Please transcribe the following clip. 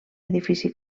edifici